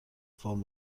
فرم